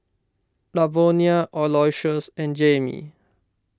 Lavonia Aloysius and Jaimee